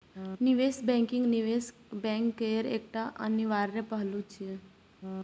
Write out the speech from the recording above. निवेश बैंकिंग निवेश बैंक केर एकटा अनिवार्य पहलू छियै